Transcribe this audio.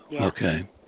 Okay